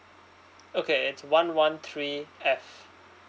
okay it's one one three F